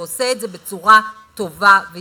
והוא עושה את זה בצורה טובה ויפה.